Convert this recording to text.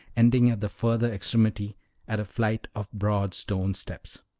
ending at the further extremity at a flight of broad stone steps.